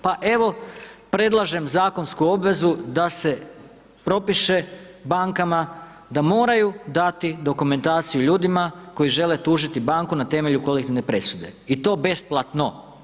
Pa evo, predlažem zakonsku obvezu da se propiše bankama da moraju dati dokumentaciju ljudima koji žele tužiti banku na temelju kolektivne presude i to besplatno.